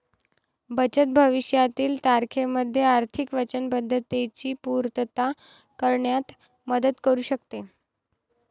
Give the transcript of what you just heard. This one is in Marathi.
बचत भविष्यातील तारखेमध्ये आर्थिक वचनबद्धतेची पूर्तता करण्यात मदत करू शकते